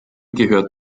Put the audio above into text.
gehört